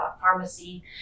pharmacy